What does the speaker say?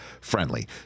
friendly